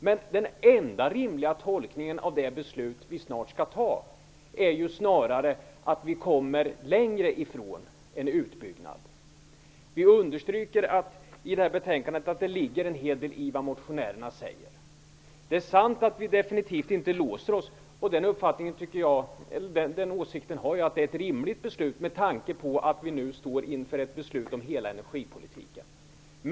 Men den enda rimliga tolkningen av det beslut vi snart skall fatta är snarare att vi kommer längre från en utbyggnad. Vi understryker i betänkandet att det ligger en hel del i vad motionärerna säger. Det är sant att vi definitivt inte låser oss. Min åsikt är att det är ett rimligt beslut med tanke på att vi nu står inför ett beslut om hela energipolitiken.